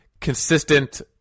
consistent